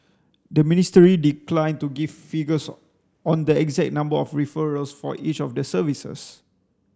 the ministry declined to give figures on the exact number of referrals for each of the services